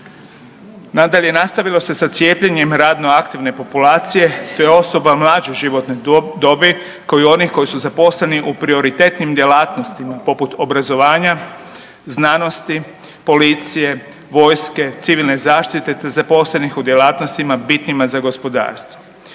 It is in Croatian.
Nadalje, nastavilo se sa cijepljenjem radno aktivne populacije te osoba mlađe životne dobi kao i onih koji su zaposleni u prioritetnim djelatnostima poput obrazovanja, znanosti, policije, vojske, civilne zaštite te zaposlenih u djelatnostima bitnima za gospodarstvo.